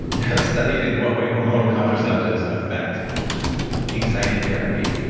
have studied in what way hormonal contraceptives effect anxiety therapy.